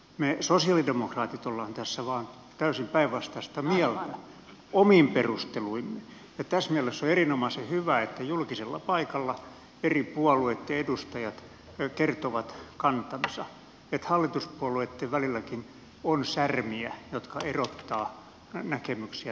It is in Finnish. me sosialidemokraatit olemme tässä vain täysin päinvastaista mieltä omin perusteluimme ja tässä mielessä on erinomaisen hyvä että julkisella paikalla eri puolueitten edustajat kertovat kantansa että hallituspuolueitten välilläkin on särmiä jotka erottavat näkemyksiä toisistaan